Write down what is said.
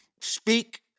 speak